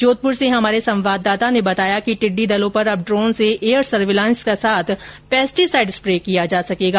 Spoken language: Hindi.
जोधपुर से हमारे संवाददाता ने बताया कि टिड्डी दलों पर अब ड्रोन से एयर सर्विलांस के साथ पेस्टीसाइड स्प्रे किया जा सकेगा